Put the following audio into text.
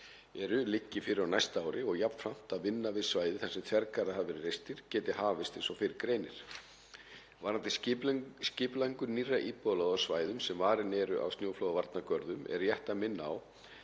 eru liggi fyrir á næsta ári og jafnframt að vinna við svæði þar sem þvergarðar hafa verið reistir geti hafist eins og fyrr greinir. Varðandi skipulagningu nýrra íbúðalóða á svæðum sem varin eru af snjóflóðavarnargörðum er rétt að minna á